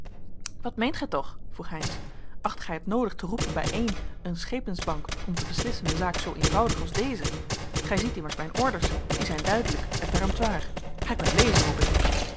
wat meent gij toch vroeg heynsz acht gij het noodig te roepen bijeen een schepensbank om te beslissen een zaak zoo eenvoudig als deze gij ziet immers mijn orders die zijn duidelijk en peremptoir gij kunt lezen hoop ik